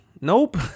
Nope